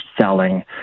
selling